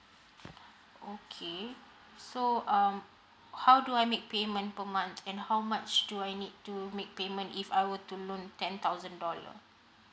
okay so um how do I make payment per month and how much do I need to make payment if I were to loan ten thousand dollar